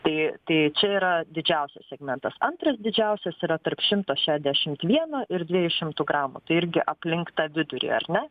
tai tai čia yra didžiausias segmentas antras didžiausias yra tarp šimto šešiasdešimt vieno ir dviejų šimtų gramų tai irgi aplink tą vidurį ar ne